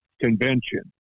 convention